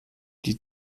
die